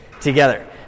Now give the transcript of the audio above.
together